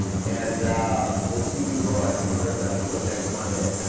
and we'll see you for our two hundredth episode next monday.